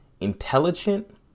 intelligent